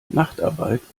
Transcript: nachtarbeit